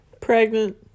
Pregnant